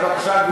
בבקשה, גברתי.